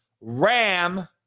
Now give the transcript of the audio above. Ram